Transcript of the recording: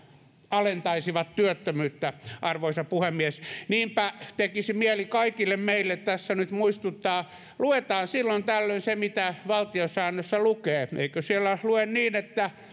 alentaisivat työttömyyttä arvoisa puhemies niinpä tekisi mieli kaikille meille tässä nyt muistuttaa luetaan silloin tällöin se mitä valtiosäännössä lukee eikö siellä lue niin että